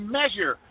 measure